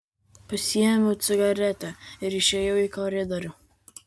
pasiėmiau cigaretę ir išėjau į koridorių